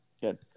Good